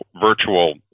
virtual